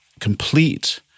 complete